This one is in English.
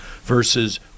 versus